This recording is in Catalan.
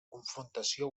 confrontació